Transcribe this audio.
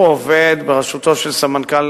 הוא עובד בראשותו של סמנכ"ל